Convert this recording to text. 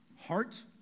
heart